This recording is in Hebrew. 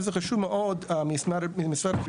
עלו